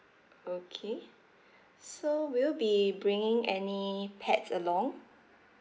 okay so will you be bringing any pets along